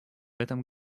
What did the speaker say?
этом